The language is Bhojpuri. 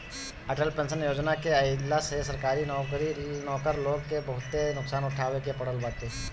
अटल पेंशन योजना के आईला से सरकारी नौकर लोग के बहुते नुकसान उठावे के पड़ल बाटे